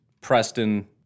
Preston